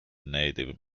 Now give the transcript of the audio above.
native